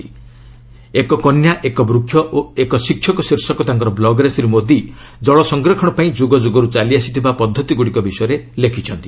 ଏକ କନ୍ୟା ଏକ ବୃକ୍ଷ ଓ ଏକ ଶିକ୍ଷକ ଶୀର୍ଷକ ତାଙ୍କର ବ୍ଲଗ୍ରେ ଶ୍ରୀ ମୋଦି କଳ ସଂରକ୍ଷଣ ପାଇଁ ଯୁଗ ଯୁଗରୁ ଚାଲିଆସିଥିବା ପଦ୍ଧତିଗୁଡ଼ିକ ବିଷୟରେ ଲେଖିଛନ୍ତି